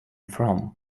from